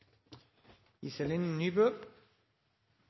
Iselin Nybø